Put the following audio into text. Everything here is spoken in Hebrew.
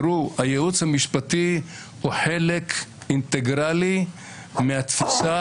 הייעוץ המשפטי הוא חלק אינטגרלי מהתפיסה